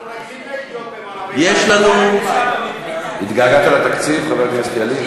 אנחנו רגילים, התגעגעת לתקציב, חבר הכנסת ילין?